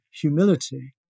humility